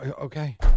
Okay